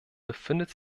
befindet